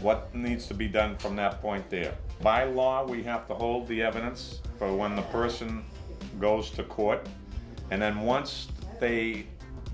what needs to be done from that point there by law we have to hold the evidence for when the person goes to court and then once they